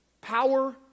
power